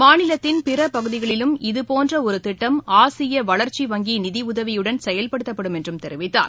மாநிலத்தின் பிற பகுதிகளிலும் இதுபோன்ற ஒரு திட்டம் ஆசிய வளர்ச்சி வங்கி நிதியுதவியுடன் செயல்படுத்தப்படும் என்றும் தெரிவித்தார்